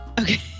Okay